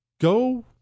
Go